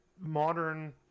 modern